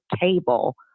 table